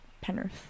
Penrith